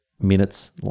minutes